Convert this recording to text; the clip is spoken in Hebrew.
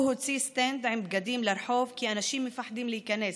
הוא הוציא סטנד עם בגדים לרחוב כי אנשים מפחדים להיכנס,